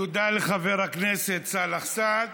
תודה לחבר הכנסת סאלח סעד.